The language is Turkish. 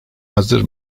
hazır